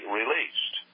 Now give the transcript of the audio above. released